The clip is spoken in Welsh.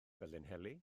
felinheli